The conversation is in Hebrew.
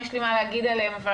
יש לי מה להגיד עליהם --- כן,